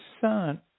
Son